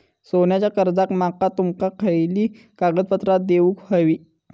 सोन्याच्या कर्जाक माका तुमका खयली कागदपत्रा देऊक व्हयी?